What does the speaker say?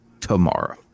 tomorrow